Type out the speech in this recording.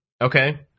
Okay